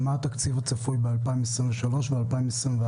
ומה התקציב הצפוי ב-2023 ו-2024.